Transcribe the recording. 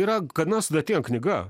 yra gana sudėtinga knyga